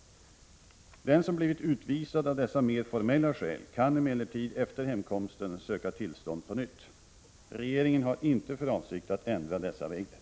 Den som blivit utvisad av dessa mer formella skäl kan emellertid efter hemkomsten söka tillstånd på nytt. Regeringen har inte för avsikt att ändra dessa regler.